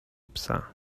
psa